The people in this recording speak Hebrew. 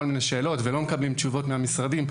מיני שאלות ולא מקבלים תשובות מהמשרדים,